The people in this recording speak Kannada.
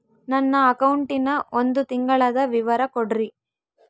ನನ್ನ ಅಕೌಂಟಿನ ಒಂದು ತಿಂಗಳದ ವಿವರ ಕೊಡ್ರಿ?